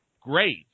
great